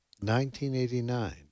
1989